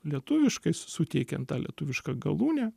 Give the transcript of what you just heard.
lietuviškai suteikiant tą lietuvišką galūnę